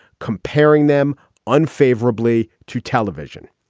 comparing them unfavorably to television.